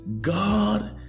God